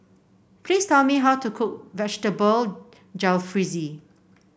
please tell me how to cook Vegetable Jalfrezi